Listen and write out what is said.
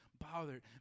bothered